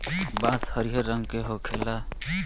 बांस हरियर रंग के होखेला